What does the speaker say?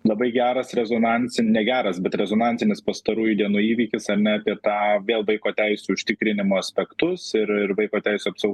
labai geras rezonansin ne geras bet rezonansinis pastarųjų dienų įvykis ar ne apie tą vėl vaiko teisių užtikrinimo aspektus ir ir vaiko teisių apsau